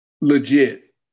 legit